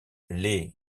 les